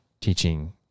teaching